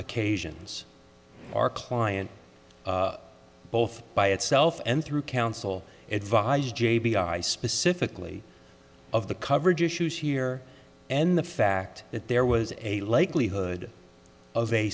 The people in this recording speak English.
occasions our client both by itself and through counsel advised j b i specifically of the coverage issues here and the fact that there was a likelihood of a